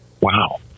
Wow